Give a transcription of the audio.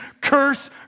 Curse